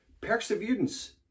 Perseverance